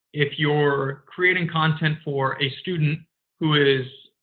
if you're creating content for a student who is,